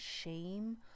shame